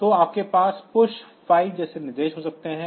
तो आपके पास PUSH 5 जैसे निर्देश हो सकते हैं